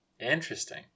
Interesting